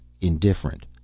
indifferent